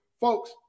Folks